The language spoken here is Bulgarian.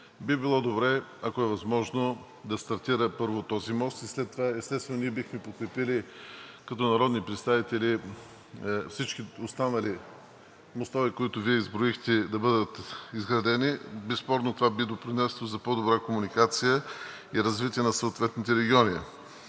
би било добре, ако е възможно, да стартира първо този мост. След това, естествено, ние бихме подкрепили като народни представители всички останали мостове, които Вие изброихте, да бъдат изградени. Безспорно това би допринесло за по добра комуникация и развитие на съответните региони.